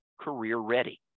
career-ready